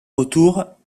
retour